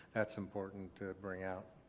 that's important to bring out.